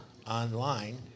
online